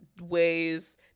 ways